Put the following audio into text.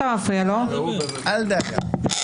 אל דאגה.